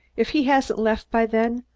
if he hasn't left by then,